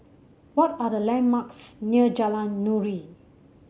what are the landmarks near Jalan Nuri